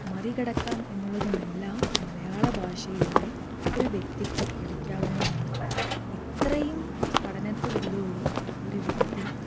മറികടക്കാം എന്നുള്ളതും എല്ലാം മലയാള ഭാഷയിലൂടെ ഒരു വ്യക്തിക്ക് പഠിക്കാവുന്നതാണ് ഇത്രയും പഠനത്തിലൂടെ ഒരു വ്യക്തി